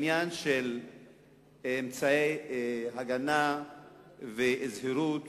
שהעניין של אמצעי הגנה וזהירות